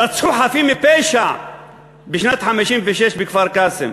רצחו חפים מפשע בשנת 1956 בכפר-קאסם,